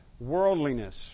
worldliness